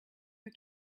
her